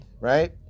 right